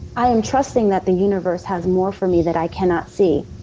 i am trusting that the universe has more for me that i cannot see.